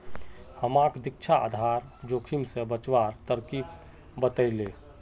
हमाक दीक्षा आधार जोखिम स बचवार तरकीब बतइ ले